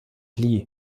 lille